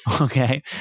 Okay